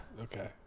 Okay